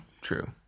true